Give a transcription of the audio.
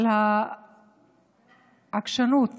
על העקשנות